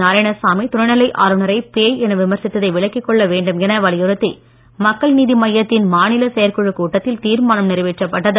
நாராயணசாமி துணைநிலை ஆளுநரை பேய் என விமர்சித்ததை விலக்கிக் கொள்ள வேண்டும் என வலியுறுத்தி மக்கள் நீதி மய்யத்தின் மாநில செயற்குழு கூட்டத்தில் தீர்மானம் நிறைவேற்றப்பட்டது